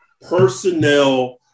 Personnel